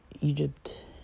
Egypt